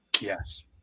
Yes